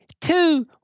Two